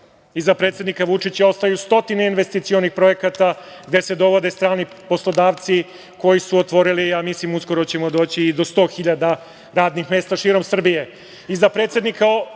predsednika Vučića ostaje stotine investicionih projekata, gde se dovode strani poslodavci koji su otvorili, ja mislim, uskoro ćemo doći i do 100.000 radnih mesta širom Srbije. Iza